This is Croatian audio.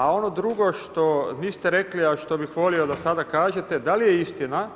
A ono drugo što niste rekli, a što bih volio da sada kažete da li je istina,